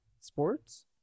sports